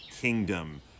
kingdom